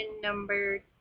number